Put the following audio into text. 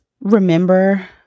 remember